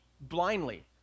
blindly